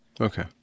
Okay